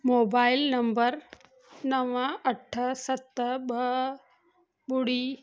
mobile number नव अठ सत ॿ ॿुड़ी